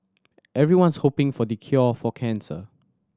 everyone's hoping for the cure for cancer